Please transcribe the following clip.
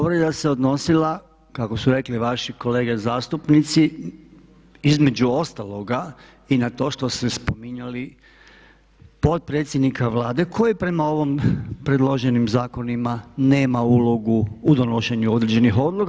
Povreda se odnosila kako su rekli vaši kolege zastupnici između ostaloga i na to što ste spominjali potpredsjednika Vlade koji je prema ovim predloženim zakonima nema ulogu u donošenju određenih odluka.